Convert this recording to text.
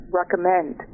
recommend